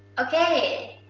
okay,